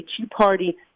two-party